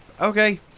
Okay